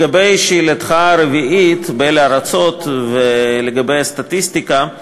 4. לגבי שאלתך הרביעית באילו ארצות ולגבי הסטטיסטיקה: